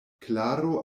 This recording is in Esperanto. klaro